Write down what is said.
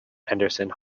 andersen